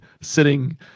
sitting